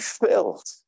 filled